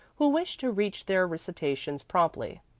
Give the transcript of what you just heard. who wished to reach their recitations promptly.